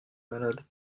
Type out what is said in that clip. malade